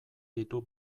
ditu